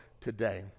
today